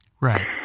Right